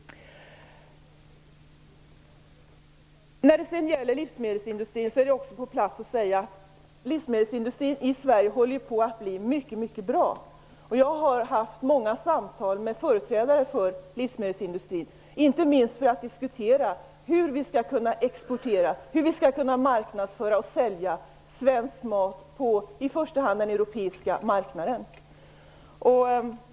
Det är på sin plats att säga att livsmedelsindustrin i Sverige håller på att gå mycket bra. Jag har haft många samtal med företrädare för livsmedelsindustrin, inte minst för att diskutera hur vi skall kunna marknadsföra och sälja svensk mat på i första hand den europeiska marknaden.